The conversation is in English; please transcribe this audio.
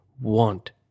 want